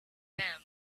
them